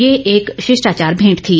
ये एक शिष्टाचार भेंट थी